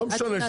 לא משנה.